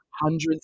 hundreds